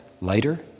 lighter